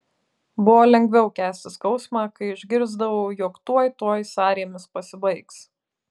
buvo lengviau kęsti skausmą kai išgirsdavau jog tuoj tuoj sąrėmis pasibaigs